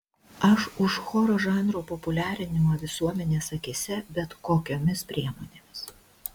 aš už choro žanro populiarinimą visuomenės akyse bet kokiomis priemonėmis